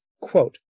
Quote